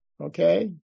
Okay